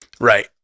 Right